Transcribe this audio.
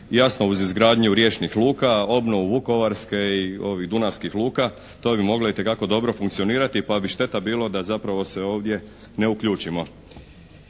jasno uz izgradnju riječkih luka, obnovu Vukovarske i ovih dunavskih luka, to bi moglo itekako dobro funkcionirati pa bi šteta bilo da zapravo se ovdje ne uključimo.